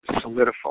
solidify